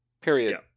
Period